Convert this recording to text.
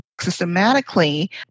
systematically